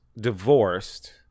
divorced